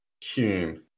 Hume